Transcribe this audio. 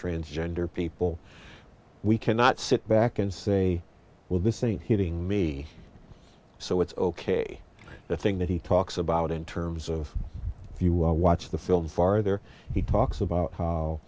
transgender people we cannot sit back and say well this thing hitting me so it's ok the thing that he talks about in terms of if you watch the film farther he talks about